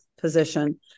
position